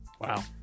Wow